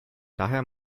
daher